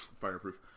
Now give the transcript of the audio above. fireproof